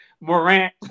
Morant